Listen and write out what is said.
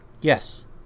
Yes